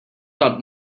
got